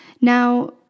Now